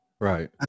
Right